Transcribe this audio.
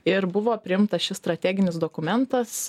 ir buvo priimtas šis strateginis dokumentas